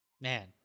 man